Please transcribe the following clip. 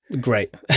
Great